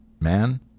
Man